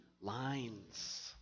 lines